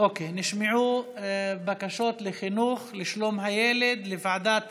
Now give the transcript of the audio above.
נשמעו בקשות לחינוך, לשלום הילד, לוועדת